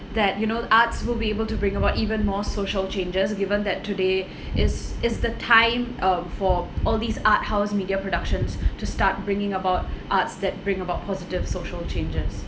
that you know the arts will be able to bring about even more social changes given that today is is the time um for all these art house media productions to start bringing about arts that bring about positive social changes